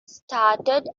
started